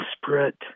desperate